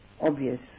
obvious